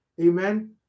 Amen